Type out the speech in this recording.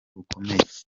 bukomeye